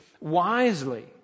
wisely